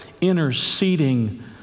interceding